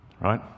Right